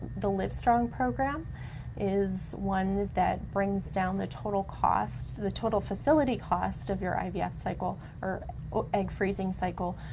the livestrong program is one that brings down the total cost, the total facility cost of your ivf yeah cycle, or or egg freezing cycle,